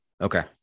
Okay